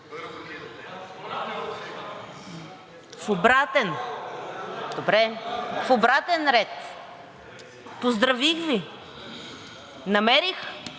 в обратен ред. Поздравих Ви. Намерих